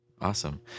Awesome